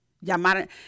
llamar